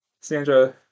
Sandra